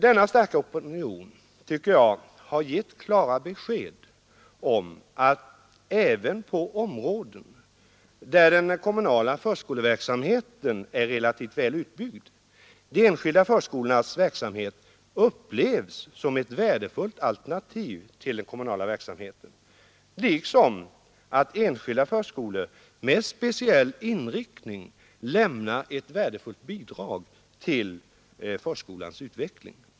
Denna starka opinion tycker jag har gett klara besked om att även på områden, där den kommunala förskoleverksamheten är relativt väl utbyggd, upplevs de enskilda förskolornas verksamhet som ett värdefullt alternativ till den kommunala verksamheten, liksom enskilda förskolor med speciell inriktning lämnar värdefulla bidrag till förskolans utveckling.